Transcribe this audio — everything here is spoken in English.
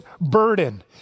burden